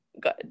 good